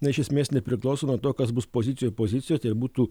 na iš esmės nepriklauso nuo to kas bus pozicijoj opozicijoj tai ir būtų